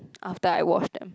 after I wash them